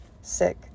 sick